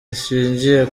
zishingiye